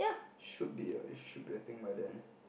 should be ah it should be a thing by then